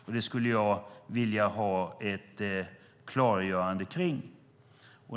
Det skulle jag vilja ha ett klargörande om.